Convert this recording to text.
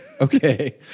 Okay